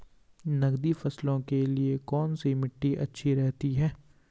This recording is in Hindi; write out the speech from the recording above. नकदी फसलों के लिए कौन सी मिट्टी अच्छी रहती है?